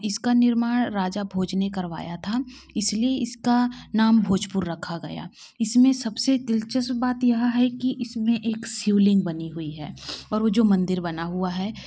इसका निर्माण राजा भोज ने करवाया था इसलिए इसका नाम भोजपुरी रखा गया इसमें सबसे दिलचस्प बात यह है कि इसमें एक शिवलिंग बनी हुई है और वो जो मंदिर बना हुआ है